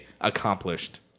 accomplished